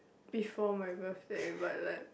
before my birthday but like